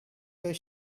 your